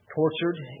tortured